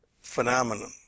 phenomenon